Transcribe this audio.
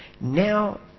Now